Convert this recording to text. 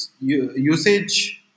usage